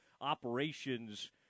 Operations